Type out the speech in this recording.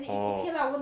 orh